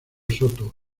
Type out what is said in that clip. soto